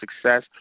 success